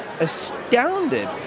astounded